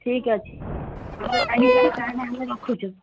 ଠିକ୍ ଅଛି ଆମର ଟାଇମ୍ ହେଳାଣି ତାହାହେଲେ ଆମେ ରଖୁଛୁ